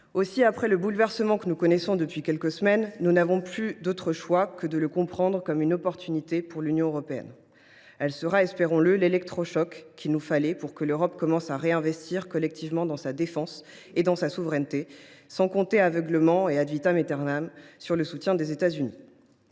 plausible. Ce bouleversement que nous connaissons depuis quelques semaines, nous n’avons plus d’autre choix que de le comprendre comme une occasion offerte à l’Union européenne. Il sera, espérons le, l’électrochoc qu’il fallait à l’Europe pour qu’elle commence à réinvestir collectivement dans sa défense et dans sa souveraineté, sans compter aveuglément et sur le soutien des États Unis.